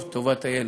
לטובת הילד,